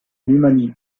humanité